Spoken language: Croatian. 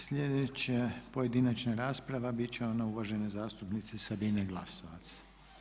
Sljedeća pojedinačna rasprava bit će ona uvažene zastupnice Sabine Glasovac.